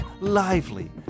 lively